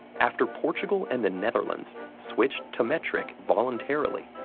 after portugal and the netherlands switched to metric voluntarily,